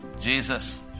Jesus